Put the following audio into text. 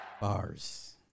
Bars